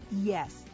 yes